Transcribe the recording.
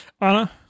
Anna